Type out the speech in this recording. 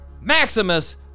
Maximus